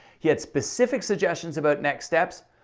he had specific suggestions about next steps.